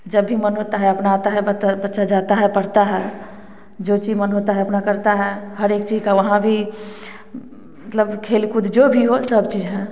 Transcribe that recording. जब भी मन होता है अपना आता है तो बच्चा जाता है पढ़ता है जो चीज मन होता है अपना करता है हर एक चीज का वहाँ भी मतलब खेल कूद जो भी हो सब चीज हैं